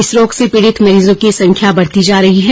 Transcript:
इस रोग से पीड़ित मरीजों की संख्या बढ़ती जा रही है